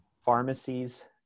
pharmacies